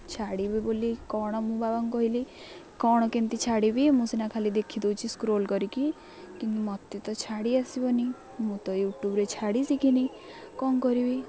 ଛାଡ଼ିବି ବୋଲି କ'ଣ ମୁଁ ବାବାଙ୍କୁ କହିଲି କ'ଣ କେମିତି ଛାଡ଼ିବି ମୁଁ ସିନା ଖାଲି ଦେଖିଦେଉଛି ସ୍କ୍ରୋଲ୍ କରିକି କିନ୍ତୁ ମୋତେ ତ ଛାଡ଼ି ଆସିବନି ମୁଁ ତ ୟୁଟ୍ୟୁବ୍ରେ ଛାଡ଼ି ଶିଖିନି କ'ଣ କରିବି